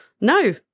No